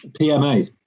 PMA